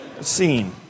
scene